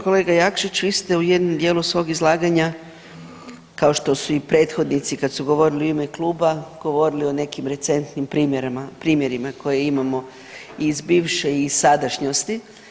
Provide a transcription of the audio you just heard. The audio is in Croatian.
Kolega Jakšić, vi ste u jednom dijelu svog izlaganja kao što su i prethodnici kad su govorili u ime kluba govorili o nekim recentnim primjerima koje imamo i iz bivše i sadašnjosti.